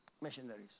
Missionaries